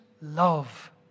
love